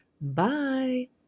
Bye